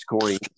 coins